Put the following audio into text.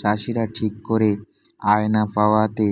চাষীরা ঠিক করে আয় না পাওয়াতে